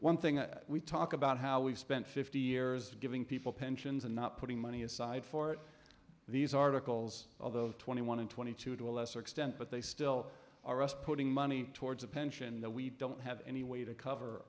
one thing that we talk about how we spent fifty years giving people pensions and not putting money aside for these articles of the twenty one and twenty two to a lesser extent but they still are us putting money towards a pension that we don't have any way to cover